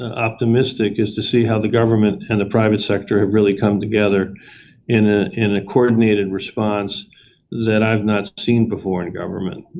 and optimistic is to see how the government and the private sector have really come together in ah in a coordinated response that i have not seen before in government,